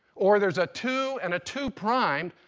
or there's a two and a two primed,